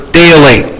daily